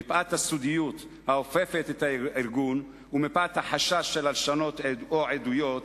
מפאת הסודיות האופפת את הארגון ומפאת החשש של הלשנות או עדויות,